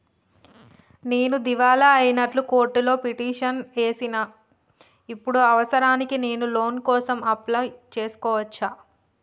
నేను దివాలా అయినట్లు కోర్టులో పిటిషన్ ఏశిన ఇప్పుడు అవసరానికి నేను లోన్ కోసం అప్లయ్ చేస్కోవచ్చా?